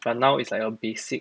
but now it's like a basic